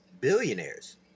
billionaires